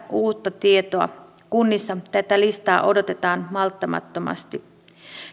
uutta tietoa kunnissa tätä listaa odotetaan malttamattomasti